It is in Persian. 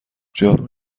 جارو